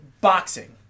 boxing